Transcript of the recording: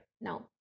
Now